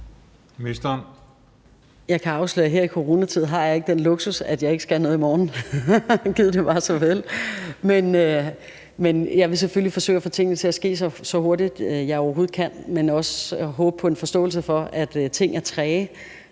Jeg kan afsløre, at her i coronatiden har jeg ikke den luksus, at jeg ikke skal noget i morgen – gid, det var så vel. Men jeg vil selvfølgelig forsøge at få tingene til at ske, så hurtigt jeg overhovedet kan, men også håbe på en forståelse for, at ting er træge,